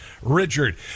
Richard